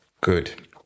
good